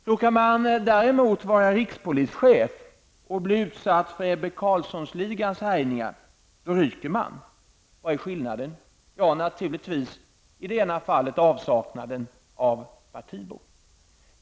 Råkar man däremot vara rikspolischef och blir utsatt för Ebbe Carlsson-ligans härjningar så ryker man. Vad är skillnaden? Naturligtvis i det ena fallet avsaknaden av partibok.